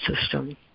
system